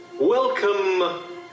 Welcome